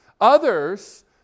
Others